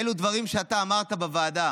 אלו דברים שאתה אמרת בוועדה.